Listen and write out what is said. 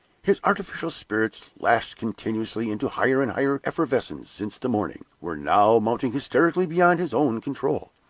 his artificial spirits, lashed continuously into higher and higher effervescence since the morning, were now mounting hysterically beyond his own control.